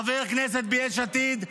חבר כנסת ביש עתיד,